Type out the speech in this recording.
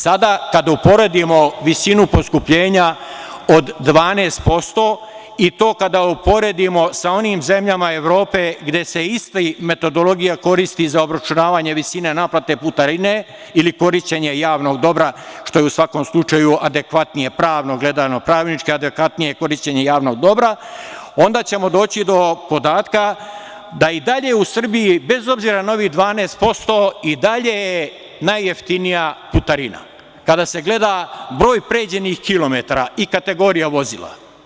Sada, kada uporedimo visinu poskupljenja od 12% i to kada uporedimo sa onim zemljama Evrope gde se ista metodologija koristi za obračunavanje visine naplate putarine ili korišćenja javnog dobra, što je u svakom slučaju adekvatnije pravno gledano, adekvatnije korišćenje javnog dobra, onda ćemo doći do podatka da i dalje u Srbiji, bez obzira na ovih 12% i dalje najjeftinija putarina kada se gleda broj pređenih kilometara i kategorija vozila.